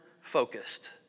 focused